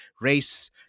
race